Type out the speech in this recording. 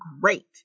great